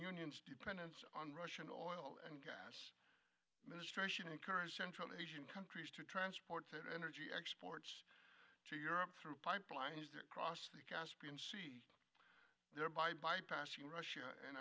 union's dependence on russian oil and gas ministration encourage central asian countries to transport energy exports to europe through pipelines that cross the caspian sea thereby bypassing russia and